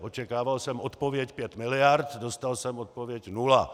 Očekával jsem odpověď pět miliard, dostal jsem odpověď nula.